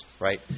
right